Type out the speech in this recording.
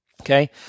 okay